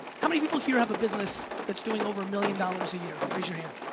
how many people here have a business that's doing over a million dollars a year, raise your hand.